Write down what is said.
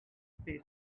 space